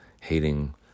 hating